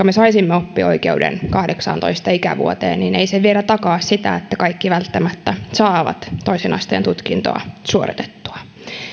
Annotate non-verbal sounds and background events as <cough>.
<unintelligible> me saisimme oppioikeuden kahdeksaantoista ikävuoteen ei se vielä takaa sitä että kaikki välttämättä saavat toisen asteen tutkintoa suoritettua